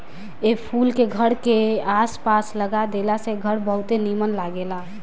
ए फूल के घर के आस पास लगा देला से घर बहुते निमन लागेला